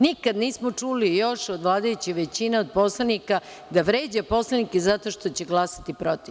Nikada nismo čuli još od vladajuće većine, od poslanika, da vređaju poslanike zato što će glasati protiv.